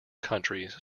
countries